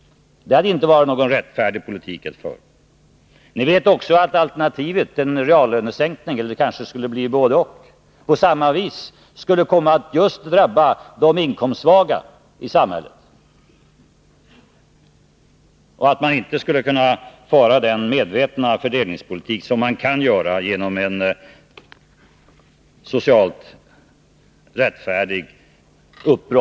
Det hade inte varit någon rättfärdig politik. Ni vet också att en reallönesänkning — på samma vis skulle komma att just drabba de inkomstsvaga i samhället. Ni vet allt detta.